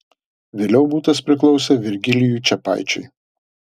vėliau butas priklausė virgilijui čepaičiui